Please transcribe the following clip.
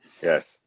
Yes